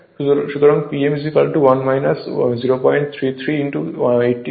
সুতরাং P m1 0033 80 হয়